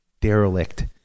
derelict